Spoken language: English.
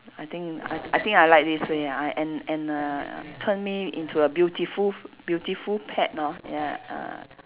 I think I t~ I think I like this way uh and and and uh turn me into a beautiful beautiful pet lor ya uh